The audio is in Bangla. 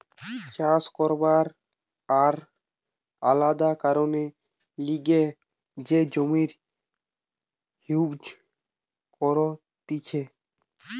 চাষ করবার আর আলাদা কারণের লিগে যে জমি ইউজ করতিছে